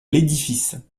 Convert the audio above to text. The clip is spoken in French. l’édifice